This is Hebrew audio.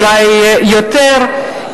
אולי יותר,